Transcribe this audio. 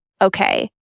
okay